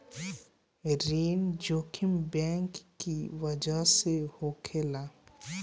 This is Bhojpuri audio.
ऋण जोखिम बैंक की बजह से होखेला